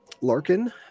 Larkin